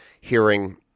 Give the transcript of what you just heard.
hearing